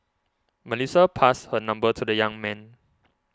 Melissa passed her number to the young man